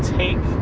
take